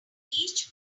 each